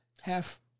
half